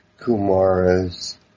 Kumaras